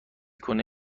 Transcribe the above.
کنه